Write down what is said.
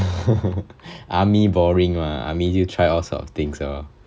army boring mah army you try all sort of things lor